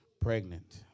pregnant